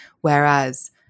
Whereas